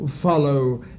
follow